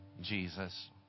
Jesus